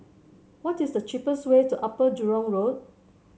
what is the cheapest way to Upper Jurong Road